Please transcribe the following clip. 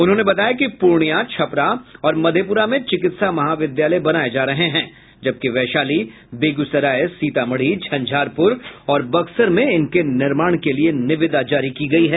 उन्होंने बताया कि पूर्णिया छपरा और मधेपूरा में चिकित्सा महाविद्यालय बनाए जा रहे हैं जबकि वैशाली बेगूसराय सीतामढ़ी झंझारपुर और बक्सर में इनके निर्माण के लिए निविदा जारी की गई है